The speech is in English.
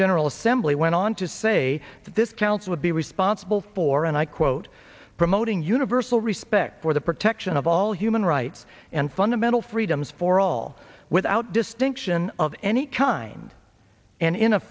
general assembly went on to say that this council would be responsible for and i quote promoting universal respect for the protection of all human rights and fundamental freedoms for all without distinction of any kind and in a